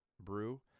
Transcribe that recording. brew